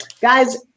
Guys